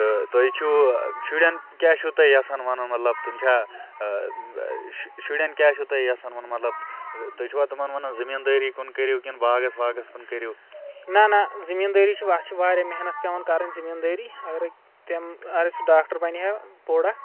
نَہ نَہ زٔمین دٲری چھِ اَتھ چھِ وارِیاہ محنَت پیٚوان کَرٕنۍ زٔمین دٲری اَگَرَے تِم اَگَر سُہ ڈاکٹَر بَنہِ ہا بوٚڑ اکھ